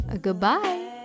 Goodbye